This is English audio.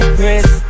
Chris